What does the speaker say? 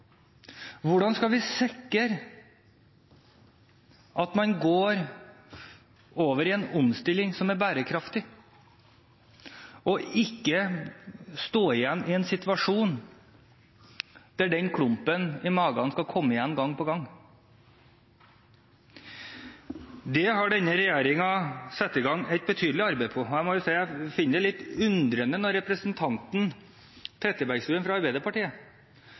Hvordan skal vi sikre at man går over i en omstilling som er bærekraftig, og ikke står igjen i en situasjon der den klumpen i magen skal komme igjen gang på gang? Der har denne regjeringen satt i gang et betydelig arbeid. Jeg må jo si at jeg finner det litt underlig når representanten Trettebergstuen, fra Arbeiderpartiet,